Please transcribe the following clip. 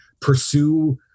pursue